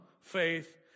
faith